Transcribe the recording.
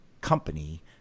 company